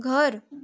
घर